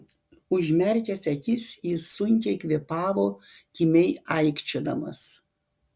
užmerkęs akis jis sunkiai kvėpavo kimiai aikčiodamas